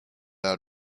out